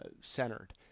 centered